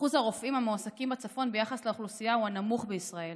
אחוז הרופאים המועסקים בצפון ביחס לאוכלוסייה הוא הנמוך בישראל,